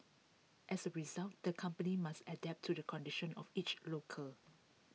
as A result the company must adapt to the conditions of each local